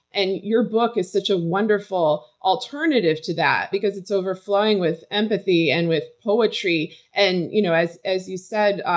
and your book is such a wonderful alternative to that because it's overflowing with empathy and with poetry and, you know as as you said,